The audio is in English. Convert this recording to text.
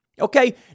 Okay